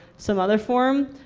some other form,